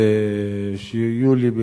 שיהיו לי,